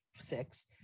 six